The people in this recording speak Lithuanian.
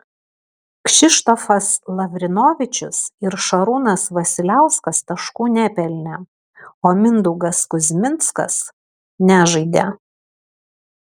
kšištofas lavrinovičius ir šarūnas vasiliauskas taškų nepelnė o mindaugas kuzminskas nežaidė